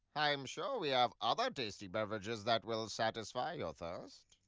i'm sure we have other tasty beverages that will satisfy your thirst.